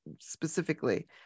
specifically